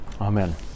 Amen